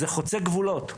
זה חוצה גבולות.